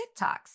TikToks